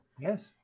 Yes